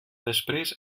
després